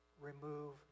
remove